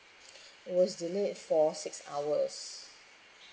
it was delay for six hours